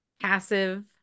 passive